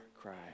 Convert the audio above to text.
cry